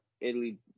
Italy